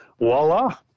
voila